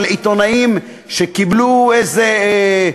אתה יודע איך זה מתחיל,